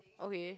okay